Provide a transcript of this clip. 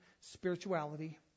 Spirituality